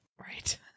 Right